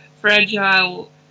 fragile